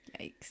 Yikes